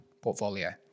portfolio